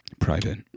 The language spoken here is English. Private